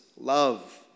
love